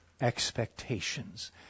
expectations